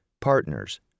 partners